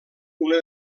una